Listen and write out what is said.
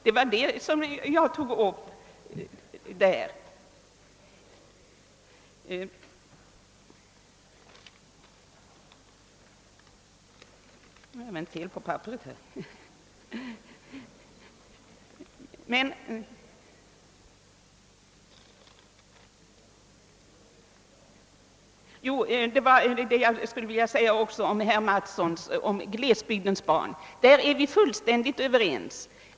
Det var det som jag bl.a. tog upp. I anledning av vad herr Mattsson sade om glesbygdernas barn skulle jag vilja säga, att vi därvidlag är fullständigt överens.